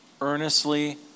Earnestly